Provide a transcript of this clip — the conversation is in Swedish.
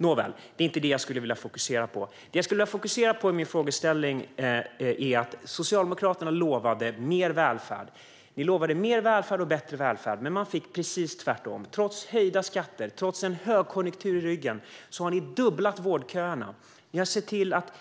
Nåväl, det var inte det jag ville fokusera på. Det jag skulle vilja fokusera på i min frågeställning är att Socialdemokraterna lovade mer välfärd och bättre välfärd, men det blev precis tvärtom. Trots höjda skatter och en högkonjunktur i ryggen har ni fördubblat vårdköerna. Ni har sett till att